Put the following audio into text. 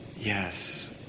Yes